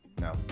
No